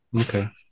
Okay